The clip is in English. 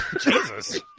Jesus